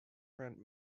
friend